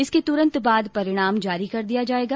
इसके तुरंत बाद परिणाम जारी कर दिया जायेगा